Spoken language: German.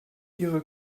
ihre